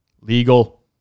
legal